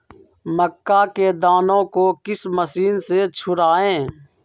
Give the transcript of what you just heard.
मक्का के दानो को किस मशीन से छुड़ाए?